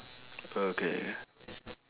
okay K